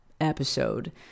episode